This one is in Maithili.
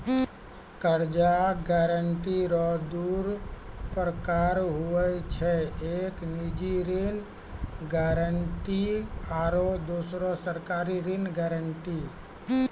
कर्जा गारंटी रो दू परकार हुवै छै एक निजी ऋण गारंटी आरो दुसरो सरकारी ऋण गारंटी